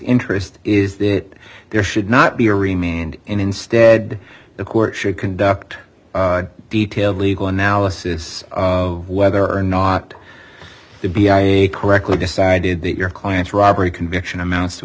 interest is that there should not be a remained instead the court should conduct detailed legal analysis of whether or not the b r d correctly decided that your client's robbery conviction amounts to